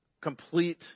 complete